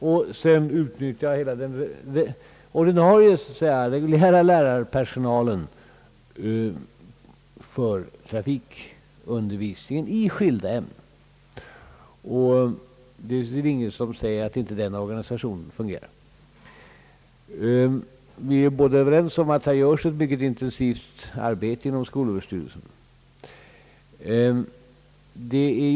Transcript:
Vid skolorna utnyttjades vidare hela lärarpersonalen för trafikundervisning integrerad i skilda ämnen. Det är väl ingen som påstår att inte den organisationen fungerar. Både herr Nyman och jag är överens om att det utförs ett intensivt arbete inom skolöverstyrelsen på detta område.